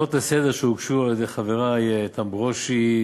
בהצעות לסדר-היום שהוגשו על-ידי חברַי איתן ברושי,